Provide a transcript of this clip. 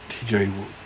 TJ